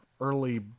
early